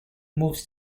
moves